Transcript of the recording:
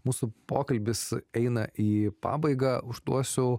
mūsų pokalbis eina į pabaigą užduosiu